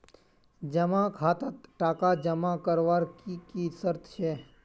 जमा खातात टका जमा करवार की की शर्त छे?